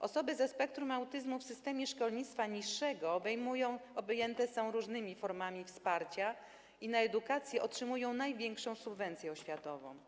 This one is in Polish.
Osoby ze spektrum autyzmu w systemie szkolnictwa niższego objęte są różnymi formami wsparcia i na edukację otrzymują największą subwencję oświatową.